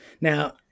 Now